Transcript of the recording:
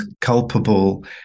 culpable